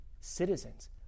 Citizens